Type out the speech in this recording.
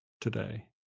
today